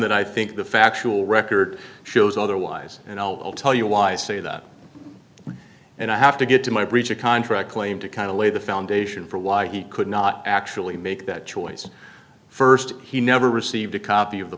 that i think the factual record shows otherwise and i'll tell you why i say that and i have to get to my breach of contract claim to kind of lay the foundation for why he could not actually make that choice st he never received a copy of the